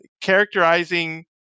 characterizing